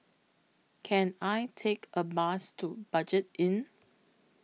Can I Take A Bus to Budget Inn